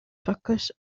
focus